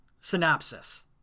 synopsis